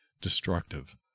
destructive